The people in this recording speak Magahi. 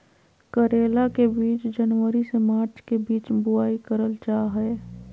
करेला के बीज जनवरी से मार्च के बीच बुआई करल जा हय